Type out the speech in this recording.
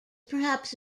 perhaps